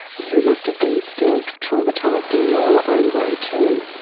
you must have been still traumatised in your own way too.